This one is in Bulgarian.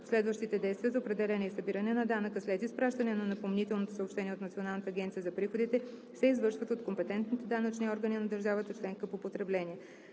Последващите действия за определяне и събиране на данъка след изпращане на напомнителното съобщение от Националната агенция за приходите се извършват от компетентните данъчни органи на държавата членка по потребление.